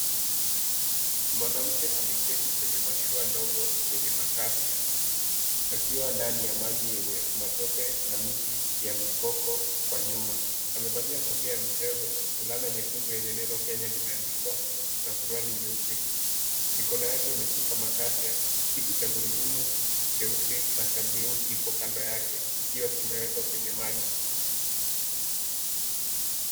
Mwanamke ameketi kwenye mashua ndogo yenye makasia, akiwa ndani ya maji yenye matope na miti ya mikoko kwa nyuma, amevalia kofia ya michezo, fulana nyekundu yenye neno Kenya limeandikwa na suruali nyeusi, mikono yake imeshika makasia. Kiti cha gurudumu cheusi na cha bluu kiko kando yake, kikiwa kimewekwa kwenye maji.